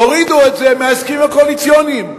תורידו את זה מההסכמים הקואליציוניים,